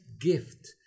gift